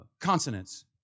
consonants